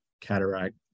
cataract